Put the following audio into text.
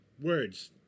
words